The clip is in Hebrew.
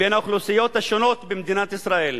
בין האוכלוסיות השונות במדינת ישראל.